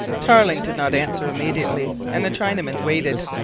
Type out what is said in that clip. tarling did not answer immediately, and the chinaman waited.